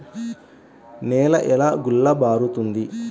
నేల ఎలా గుల్లబారుతుంది?